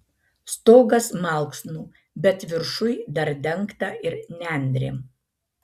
stogas malksnų bet viršuj dar dengta ir nendrėm